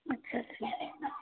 अच्छा ठीक है